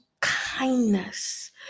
kindness